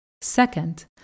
Second